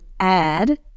add